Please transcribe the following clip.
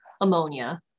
ammonia